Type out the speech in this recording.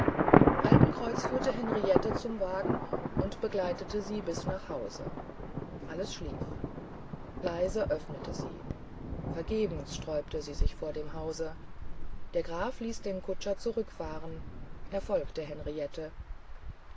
altenkreuz führte henriette zum wagen und begleitete sie bis nach hause alles schlief leise öffnete sie vergebens sträubte sie sich vor dem hause der graf ließ den kutscher zurückfahren er folgte henriette